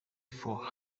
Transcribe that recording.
fort